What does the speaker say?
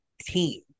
team